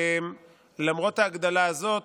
למרות ההגדלה הזאת,